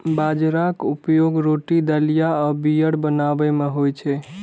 बाजराक उपयोग रोटी, दलिया आ बीयर बनाबै मे होइ छै